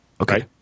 Okay